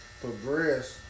progress